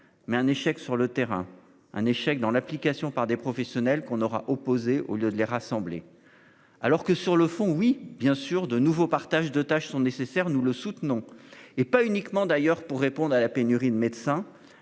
mais un échec sur le terrain. Un échec dans l'application par des professionnels qu'on aura opposé au lieu de les rassembler. Alors que sur le fond. Oui bien sûr, de nouveau partage de tâches sont nécessaires, nous le soutenons et pas uniquement d'ailleurs pour répondre à la pénurie de médecins